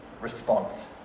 response